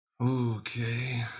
Okay